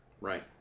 Right